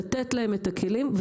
לתת להם את הכלים.